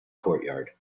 courtyard